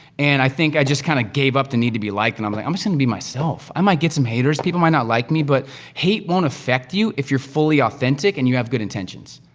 and i think i just kinda gave up the need to be liked, and i'm like, i'm just gonna be myself. i might get some haters, people might not like me, but hate won't affect you if you're fully authentic, and you have good intentions,